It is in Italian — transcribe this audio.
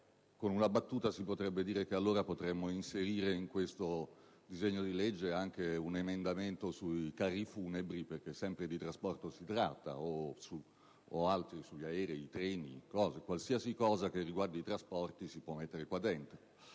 Con una battuta si potrebbe dire che allora potremmo inserire in questo disegno di legge anche un emendamento sui carri funebri, perché sempre di trasporto si tratta, o anche sugli aerei, sui treni: qualsiasi argomento riguardante i trasporti può essere inserito